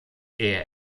ehe